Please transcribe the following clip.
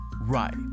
right